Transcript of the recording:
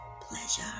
pleasure